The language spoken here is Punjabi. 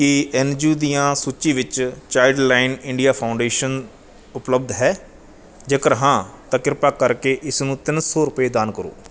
ਕੀ ਐੱਨ ਜੀ ਔ ਦੀਆਂ ਸੂਚੀ ਵਿੱਚ ਚਾਈਲਡਲਾਈਨ ਇੰਡੀਆ ਫਾਉਂਡੇਸ਼ਨ ਉਪਲਬਧ ਹੈ ਜੇਕਰ ਹਾਂ ਤਾਂ ਕਿਰਪਾ ਕਰਕੇ ਇਸ ਨੂੰ ਤਿੰਨ ਸੌ ਰੁਪਏ ਦਾਨ ਕਰੋ